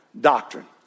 doctrine